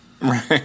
right